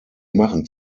machen